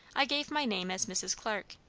i gave my name as mrs. clarke.